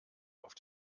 auf